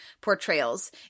portrayals